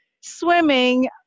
swimming